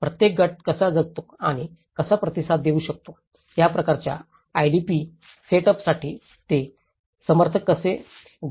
प्रत्येक गट कसा जगतो आणि कसा प्रतिसाद देऊ शकतो या प्रकारच्या आयडीपी सेटअपसाठी ते समर्थन कसे देतात